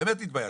באמת התביישתי.